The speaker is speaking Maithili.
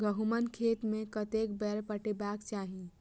गहुंमक खेत केँ कतेक बेर पटेबाक चाहि?